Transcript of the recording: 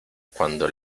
cuando